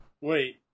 Wait